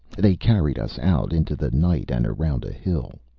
they carried us out into the night and around a hill.